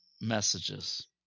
messages